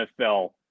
NFL